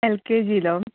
L K ജിയിലോ